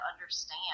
understand